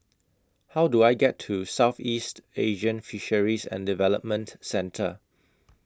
How Do I get to Southeast Asian Fisheries and Development Centre